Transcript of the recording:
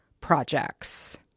projects